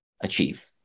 achieve